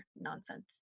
nonsense